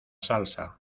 salsa